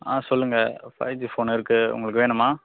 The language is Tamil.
சொல்லுங்கள் ஃபைவ் ஜி ஃபோன் இருக்குது உங்களுக்கு வேணுமா